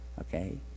Okay